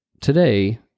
today